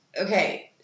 Okay